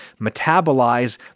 metabolize